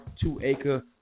two-acre